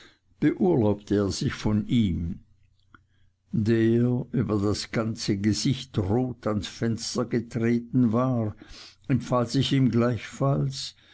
beurlaubte er sich von ihm der freiherr der über das ganze gesicht rot ans fenster getreten war empfahl sich ihm gleichfalls